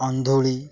ଅନ୍ଧୋଳି